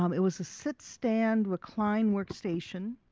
um it was a sit, stand, recline workstation